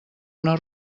una